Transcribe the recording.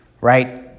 right